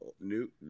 new